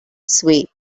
sway